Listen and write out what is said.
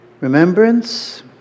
Remembrance